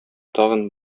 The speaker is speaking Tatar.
тагын